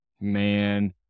Man